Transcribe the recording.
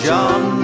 John